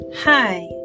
hi